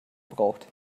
braucht